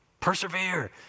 persevere